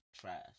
trash